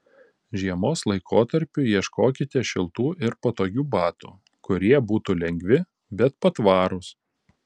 žiemos laikotarpiui ieškokite šiltų ir patogių batų kurie būtų lengvi bet patvarūs